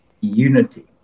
unity